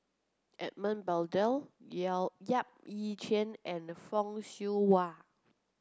Edmund Blundell Yap Ee Chian and Fock Siew Wah